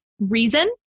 reason